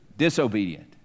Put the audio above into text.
disobedient